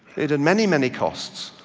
it had many, many costs,